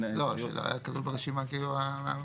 לא ברור לי מה התוספת.